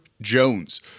Jones